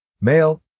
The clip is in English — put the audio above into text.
Male